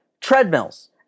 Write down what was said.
treadmills